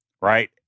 Right